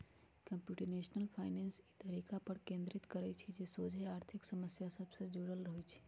computational finance इ तरीका पर केन्द्रित करइ छइ जे सोझे आर्थिक समस्या सभ से जुड़ल होइ छइ